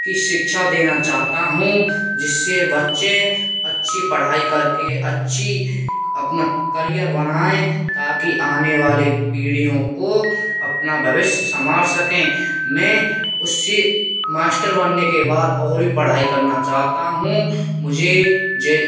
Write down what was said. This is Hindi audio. की शिक्षा देना चाहता हुँ जिससे बच्चे अच्छी पढ़ाई करके अच्छी अपना करियर बनाएँ ताकी आने वाले पीढ़ियों को अपना भविष्य सम्भाल सकें में उसी मास्टर बनने के बाद और भी पढ़ाई करना चाहता हूँ मुझे जे